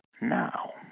Now